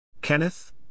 Kenneth